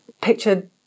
picture